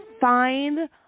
find